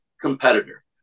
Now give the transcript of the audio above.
competitor